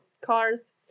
cars